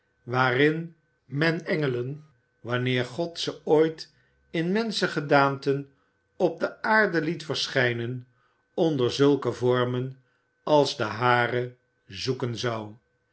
waarin men engelen wanneer god ze ooit in menschengedaante op de aarde liet verschijnen onder zulke vormen als de hare zoeken zou